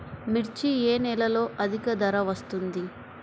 మిర్చి ఏ నెలలో అధిక ధర వస్తుంది?